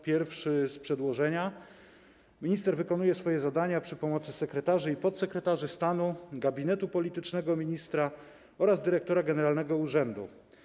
Pierwszy jest z przedłożenia: Minister wykonuje swoje zadania przy pomocy sekretarzy i podsekretarzy stanu, gabinetu politycznego ministra oraz dyrektora generalnego urzędu.